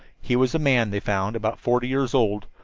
he was a man, they found, about forty years old,